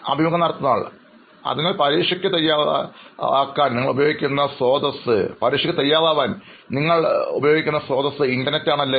അഭിമുഖം നടത്തുന്നയാൾ അതിനാൽ പരീക്ഷയ്ക്ക് തയ്യാറാക്കാൻ നിങ്ങൾ ഉപയോഗിക്കുന്ന സ്രോതസ്സ് ഇൻറർനെറ്റ് ആണല്ലേ